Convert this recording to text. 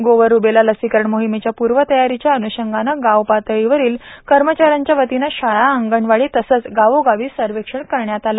गोवर रूबेला लसीकरण मोहिमेची पूर्वतयारीच्या अन्षंगान गावपातळीवरील कर्मचाऱ्याच्यावतीन शाळा अंगणवाडी तसच गावोगावी सर्वेक्षण करण्यात आल